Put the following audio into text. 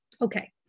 Okay